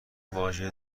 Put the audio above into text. واژه